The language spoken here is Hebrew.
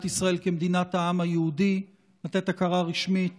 ישראל כמדינת העם היהודי לתת הכרה רשמית